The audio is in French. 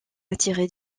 attitré